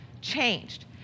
changed